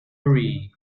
marie